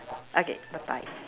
okay bye bye